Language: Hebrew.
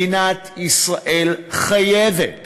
מדינת ישראל חייבת